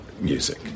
music